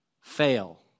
fail